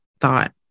thought